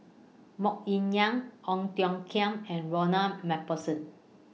Mok Ying Jang Ong Tiong Khiam and Ronald MacPherson